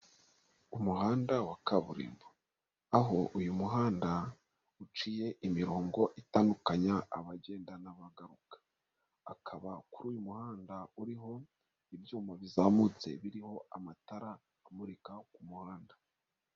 Umuhanda wa kaburimbo aho uyu muhanda uciye imirongo itandukanya abagenda na bagaruka, hakaba kuri uyu muhanda uriho ibyuma bizamutse biriho amatara amurika ku muhanda.